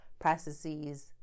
processes